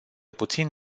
puțin